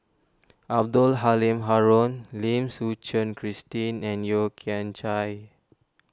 Abdul Halim Haron Lim Suchen Christine and Yeo Kian Chye